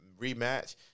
rematch